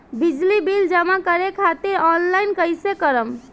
बिजली बिल जमा करे खातिर आनलाइन कइसे करम?